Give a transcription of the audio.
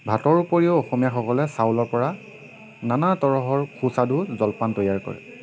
ভাতৰ উপৰিও অসমীয়াসকলে চাউলৰ পৰা নানা তৰহৰ সুস্বাদু জলপান তৈয়াৰ কৰে